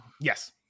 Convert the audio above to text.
Yes